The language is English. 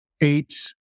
eight